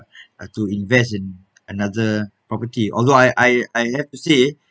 uh to invest in another property although I I I have to say